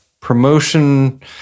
promotion